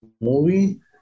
movie